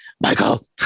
Michael